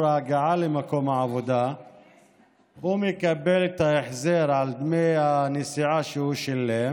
ההגעה למקום העבודה מקבל את ההחזר של דמי הנסיעה שהוא שילם